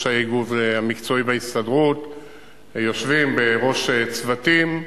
האיגוד המקצועי בהסתדרות יושבים בראש צוותים.